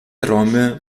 räume